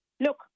Look